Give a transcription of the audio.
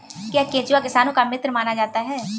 क्या केंचुआ किसानों का मित्र माना जाता है?